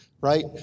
right